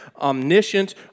omniscient